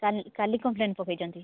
କାଲି କାଲି କମ୍ପ୍ଲେନ୍ ପକେଇଛନ୍ତି